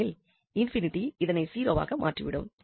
ஏனெனில் இந்த ∞ இதனை 0 வாக மாற்றிவிடும்